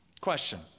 Question